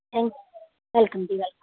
thank welcome ਜੀ welcome